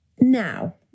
now